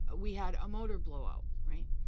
we had a motor blow out, right?